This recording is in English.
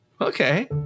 Okay